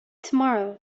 tomorrow